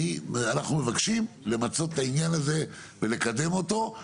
אנחנו מבקשים למצות את העניין הזה ולקדם אותו.